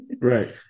Right